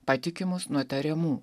patikimus nuo tariamų